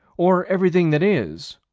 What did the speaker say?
or everything that is,